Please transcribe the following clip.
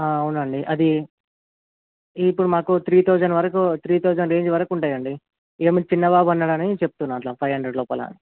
అవునండి అది ఇప్పుడు మాకు త్రీ థౌసండ్ వరకు త్రీ థౌసండ్ రేంజ్ వరకు ఉంటాయండి ఇక మీరు చిన్నబాబు ఉన్నారని చెప్తున్నాను అట్ల ఫైవ్ హండ్రెడ్ లోపల